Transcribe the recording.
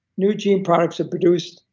new gene products are produced,